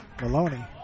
Maloney